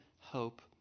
hope